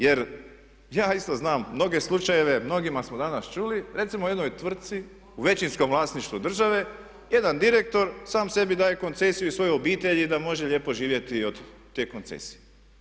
Jer ja isto znam mnoge slučajeve, mnoge smo danas čuli, recimo jednoj tvrtci u većinskom vlasništvu države jedan direktor sam sebi daje koncesiju i svojoj obitelji da može lijepo živjeti od te koncesije.